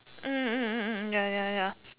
mm mm mm ya ya ya